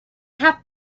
have